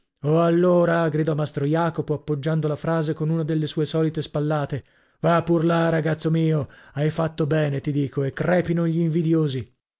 allora gridò mastro jacopo appoggiando la frase con una delle sue solite spallate va pur là ragazzo mio hai fatto bene ti dico e crepino gli invidiosi